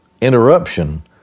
interruption